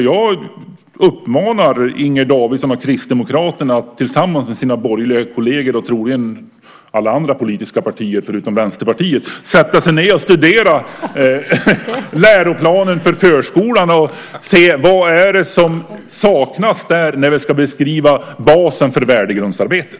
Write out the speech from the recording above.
Jag uppmanar Inger Davidsson och Kristdemokraterna att tillsammans med sina borgerliga kolleger, och troligen alla andra politiska partier utom Vänsterpartiet, sätta sig ned och studera läroplanen för förskolan och se vad det är som saknas där när vi ska beskriva basen för värdegrundsarbetet.